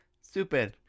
super